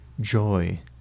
joy